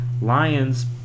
Lions